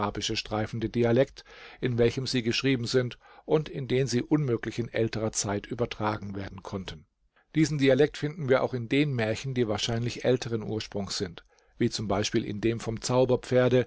streifende dialekt in welchem sie geschrieben sind und in den sie unmöglich in älterer zeit übertragen werden konnten diesen dialekt finden wir auch in den märchen die wahrscheinlich älteren ursprungs sind wie z b in dem vom